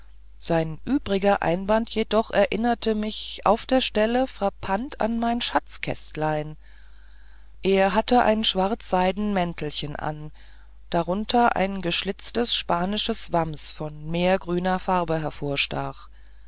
sein übriger einband jedoch erinnerte mich auf der stelle frappant an mein schatzkästlein er hatte ein schwarzseiden mäntelchen an darunter ein geschlitztes spanisches wams von meergrüner farbe